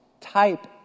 type